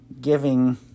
giving